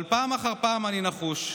אבל פעם אחר פעם אני נחוש,